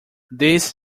this